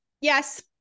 Yes